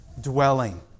dwelling